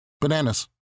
Bananas